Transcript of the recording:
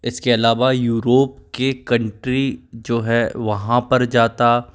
इसके अलावा यूरोप के कंट्री जो है वहाँ पर जाता